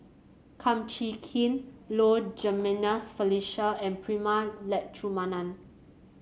Kum Chee Kin Low Jimenez Felicia and Prema Letchumanan